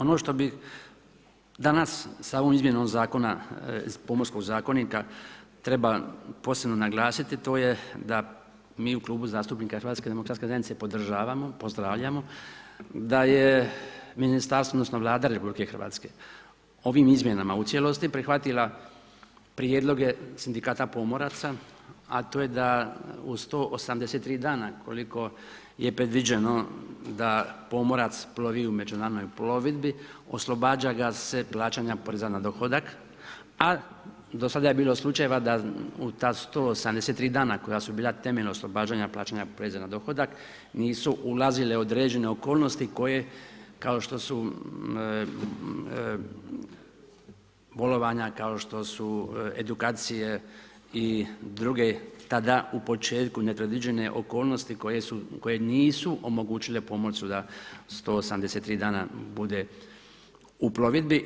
Ono što bih danas sa ovom izmjenom zakona, Pomorskog zakonika treba posebno naglasiti to je da mi u Klubu zastupnika HDZ-a podržavamo, pozdravljamo da je ministarstvo, odnosno Vlada RH ovim izmjenama u cijelosti prihvatila prijedloge sindikata pomoraca a to je da uz to 83 dana koliko je predviđeno da pomorac plovi u međunarodnoj plovidbi oslobađa ga se plaćanja poreza na dohodak a do sada je bilo slučajeva da u ta 183 dana koja su bila temeljno oslobođena plaćanja poreza na dohodak nisu ulazile određene okolnosti koje kao što su bolovanja, kao što su edukacije ili druge tada u početku nepredviđene okolnosti koje nisu omogućile pomorcu da 183 dana bude u plovidbi.